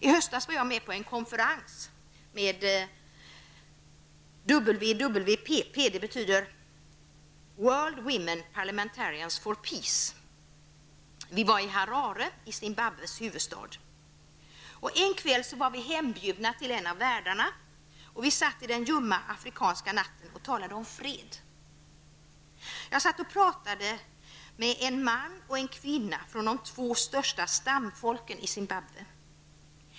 I höstas var jag med på en konferens med WWPP, En kväll var vi hembjudna till en av värdarna, och vi satt i den ljumma afrikanska natten och talade om fred. Jag pratade med en man och en kvinna från de två största stamfolken i Zimbabwe.